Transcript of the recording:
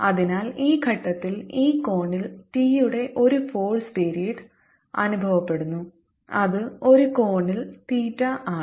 അതിനാൽ ഈ ഘട്ടത്തിൽ ഈ കോണിൽ T യുടെ ഒരു ഫോഴ്സ് പീരിയഡ് അനുഭവപ്പെടുന്നു അത് ഒരു കോണിൽ തീറ്റയാണ്